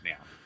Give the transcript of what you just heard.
now